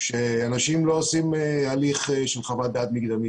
שאנשים לא עושים הליך של חוות דעת מקדמית